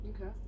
Okay